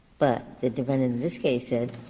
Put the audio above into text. but the defendant in this case said,